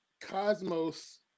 Cosmos